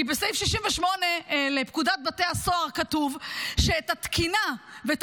כי בסעיף 68 לפקודת בתי הסוהר כתוב שאת התקינה ואת